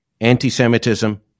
anti-Semitism